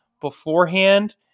beforehand